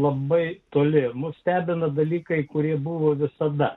labai toli mus stebina dalykai kurie buvo visada